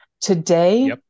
Today